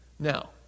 Now